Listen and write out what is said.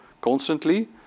constantly